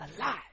alive